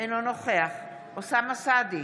אינו נוכח אוסאמה סעדי,